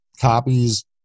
copies